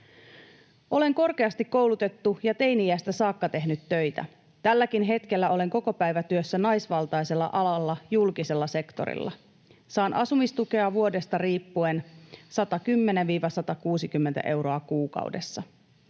”Olen korkeasti koulutettu ja teini-iästä saakka tehnyt töitä. Tälläkin hetkellä olen kokopäivätyössä naisvaltaisella alalla julkisella sektorilla. Saan asumistukea vuodesta riippuen 110—160 euroa kuukaudessa.